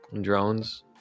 drones